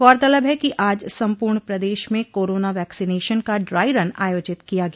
गौरतलब है कि आज सम्पूर्ण प्रदेश में कोरोना वैक्सिनेशन का ड्राई रन आयोजित किया गया